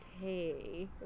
okay